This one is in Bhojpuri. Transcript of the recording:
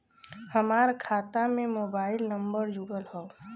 हमार खाता में मोबाइल नम्बर जुड़ल हो?